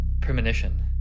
premonition